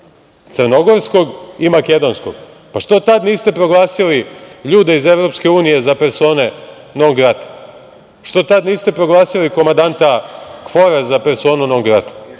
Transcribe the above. crnogorskog i makedonskog.Zašto tada niste proglasili ljude iz EU za persone non grata? Zašto tada niste proglasili komandanta KFOR-a za personu non grata?